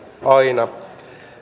aina